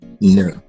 No